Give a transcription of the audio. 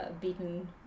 beaten